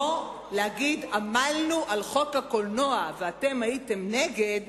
לא להגיד: עמלנו על חוק הקולנוע ואתם הייתם נגד.